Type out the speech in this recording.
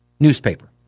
Newspaper